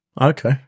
Okay